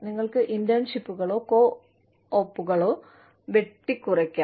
നിങ്ങൾക്ക് ഇന്റേൺഷിപ്പുകളോ കോ ഓപ്പുകളോ വെട്ടിക്കുറയ്ക്കാം